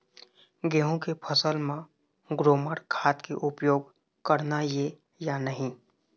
गेहूं के फसल म ग्रोमर खाद के उपयोग करना ये या नहीं?